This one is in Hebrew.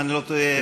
אם אני לא טועה,